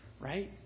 right